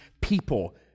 people